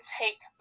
take